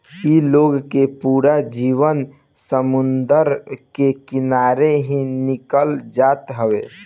इ लोग के पूरा जीवन समुंदर के किनारे ही निकल जात हवे